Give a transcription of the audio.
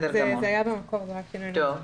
בוודאי.